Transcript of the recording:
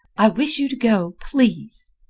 i wish you to go, please.